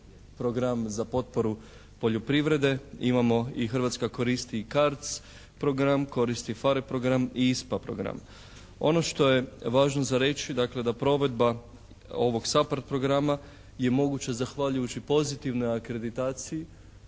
program za potporu poljoprivrede, imamo i Hrvatska koristi i CARDS program, koristi PHARE program i ISPA program. Ono što je važno za reći dakle da provedba ovog SAPARD programa je moguća zahvaljujući pozitivnoj akreditaciji